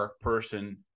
person